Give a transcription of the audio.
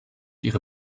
ihre